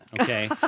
Okay